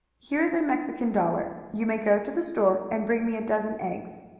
here is a mexican dollar. you may go to the store and bring me a dozen eggs.